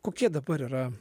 kokie dabar yra